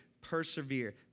persevere